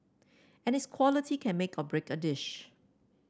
and its quality can make or break a dish